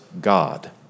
God